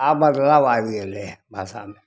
आब बदलाव आबि गेलै हइ भाषामे